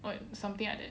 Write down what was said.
what something like that